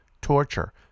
torture